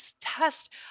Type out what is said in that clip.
test